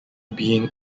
being